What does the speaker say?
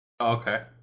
Okay